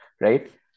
right